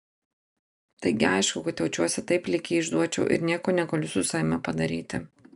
taigi aišku kad jaučiuosi taip lyg jį išduočiau ir nieko negaliu su savimi padaryti